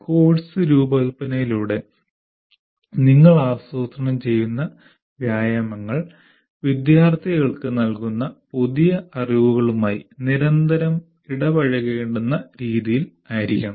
course രൂപകൽപ്പനയിലൂടെ നിങ്ങൾ ആസൂത്രണം ചെയ്യുന്ന വ്യായാമങ്ങൾ വിദ്യാർത്ഥികൾക്ക് നൽകുന്ന പുതിയ അറിവുകളുമായി നിരന്തരം ഇടപഴകേണ്ടുന്ന രീതിയിൽ ആയിരിക്കണം